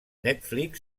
netflix